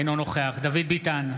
אינו נוכח דוד ביטן,